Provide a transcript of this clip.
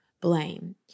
blame